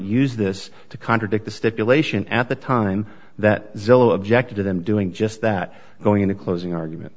use this to contradict the stipulation at the time that they'll object to them doing just that going in a closing argument